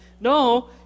no